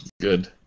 good